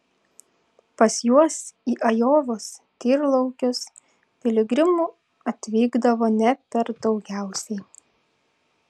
pas juos į ajovos tyrlaukius piligrimų atvykdavo ne per daugiausiai